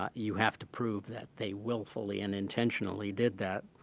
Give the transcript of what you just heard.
ah you have to prove that they willfully and intentionally did that.